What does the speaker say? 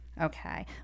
Okay